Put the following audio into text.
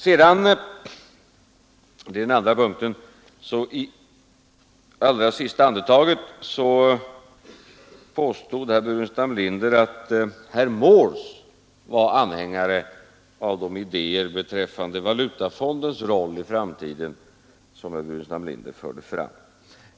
Sedan — och det är den andra punkten — påstod herr Burenstam Linder i allra sista andetaget att herr Morse var anhängare av de idéer beträffande valutafondens roll i framtiden som herr Burenstam Linder förde fram.